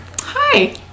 Hi